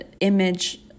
image